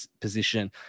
position